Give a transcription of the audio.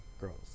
girls